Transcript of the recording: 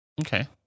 Okay